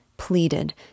pleaded